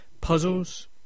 puzzles